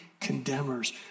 condemners